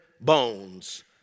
bones